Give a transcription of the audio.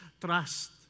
trust